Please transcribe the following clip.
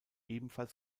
ebenfalls